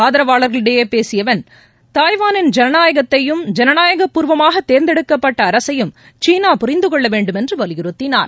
ஆதரவாளர்களிடையே பேசிய வெள் தாய்வானின் ஜனநாயகத்தையும் ஜனநாயகபூர்வமாக தேர்ந்தெடுக்கப்பட்ட அரசையும் சீனா புரிந்துகொள்ள வேண்டும் என்று வலியுறுத்தினார்